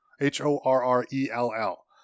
H-O-R-R-E-L-L